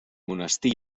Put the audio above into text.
monestir